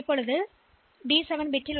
எனவே D 7 S